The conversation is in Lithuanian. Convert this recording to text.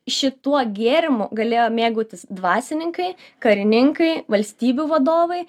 šituo gėrimu galėjo mėgautis dvasininkai karininkai valstybių vadovai